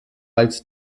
als